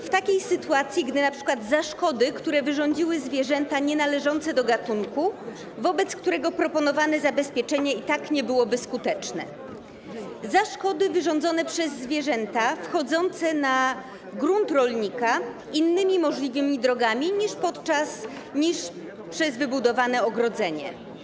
W takiej sytuacji, gdy np. za szkody, które wyrządziły zwierzęta należące do gatunku, wobec którego proponowane zabezpieczenie i tak nie byłoby skuteczne, a także za szkody wyrządzone przez zwierzęta wchodzące na grunt rolnika innymi możliwymi drogami niż przez wybudowane ogrodzenie.